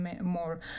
more